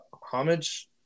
homage